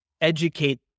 educate